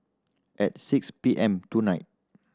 at six P M tonight